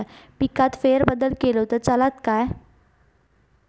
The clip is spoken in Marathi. पिकात फेरबदल केलो तर चालत काय?